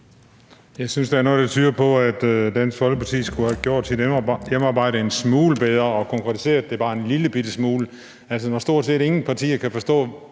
Jeg synes, der er noget, der tyder på, at Dansk Folkeparti skulle have gjort sit hjemmearbejde en smule bedre og konkretiseret det bare en lillebitte smule. Når stort set ingen partier kan forstå,